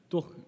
Toch